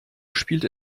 spielt